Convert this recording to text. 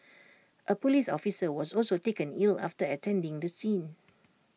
A Police officer was also taken ill after attending the scene